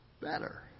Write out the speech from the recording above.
better